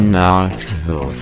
Knoxville